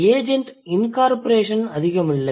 agent incorporation அதிகம் இல்லை